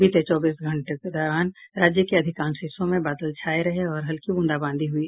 बीते चौबीस घंटों के दौरान राज्य के अधिकांश हिस्सों में बादल छाये रहे और हल्की बूंदाबांदी हुई